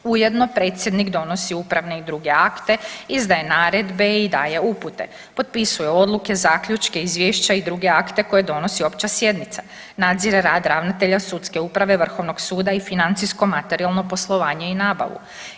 Ujedno predsjednik donosi upravne i druge akte, izdaje naredbe i daje upute, potpisuje odluke, zaključke, izvješća i druge akte koje donosi opća sjednica, nadzire rad ravnatelja sudske uprave, Vrhovnog suda i financijsko-materijalno poslovanje i nabavu.